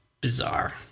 bizarre